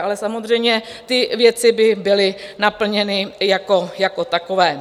Ale samozřejmě, ty věci by byly naplněny jako takové.